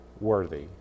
worthy